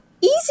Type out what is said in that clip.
easy